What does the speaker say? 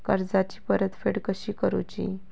कर्जाची परतफेड कशी करूची?